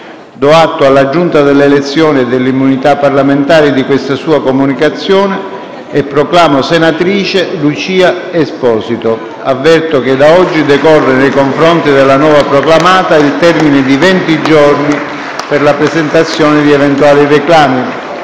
Do atto alla Giunta delle elezioni e delle immunità parlamentari di questa sua comunicazione e proclamo senatrice Lucia Esposito. Avverto che da oggi decorre nei confronti della nuova proclamata il termine di venti giorni per la presentazione di eventuali reclami.